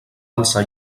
alçar